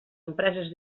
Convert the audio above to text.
empreses